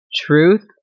Truth